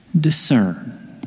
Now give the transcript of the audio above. discern